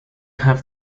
have